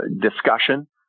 discussion